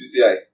CCI